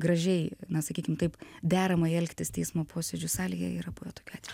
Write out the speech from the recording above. gražiai na sakykim taip deramai elgtis teismo posėdžių salėje yra buvę tokių atvejų